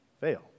fail